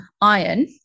iron